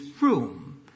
room